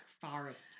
forest